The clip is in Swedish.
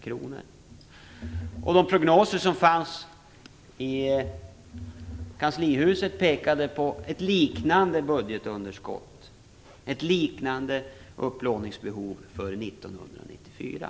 Kanslihusets prognoser pekade på ett liknande budgetunderskott och upplåningsbehov för 1994.